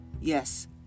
yes